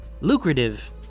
Lucrative